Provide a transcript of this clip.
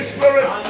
Spirit